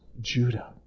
Judah